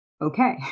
okay